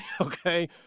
okay